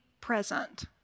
present